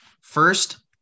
First